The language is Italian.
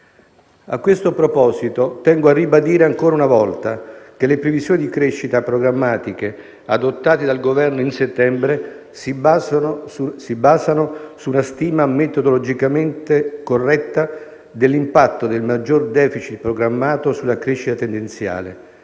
A questo proposito, tengo a ribadire ancora una volta che le previsioni di crescita programmatiche adottate dal Governo in settembre si basano su una stima metodologicamente corretta dell'impatto del maggior *deficit* programmato sulla crescita tendenziale,